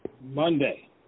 Monday